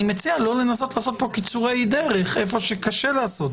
אני מציע לא לנסות לעשות כאן קיצורי דרך היכן שקשה לעשות.